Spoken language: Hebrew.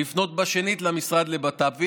לפנות שנית למשרד לביטחון פנים,